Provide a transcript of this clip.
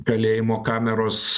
kalėjimo kameros